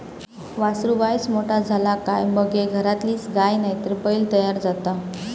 वासरू वायच मोठा झाला काय मगे घरातलीच गाय नायतर बैल तयार जाता